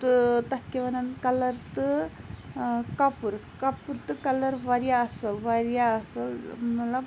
تہٕ تَتھ کیاہ وَنان کَلَر تہٕ کَپُر کَپُر تہٕ کَلَر واریاہ اَصل واریاہ اَصل مَطلَب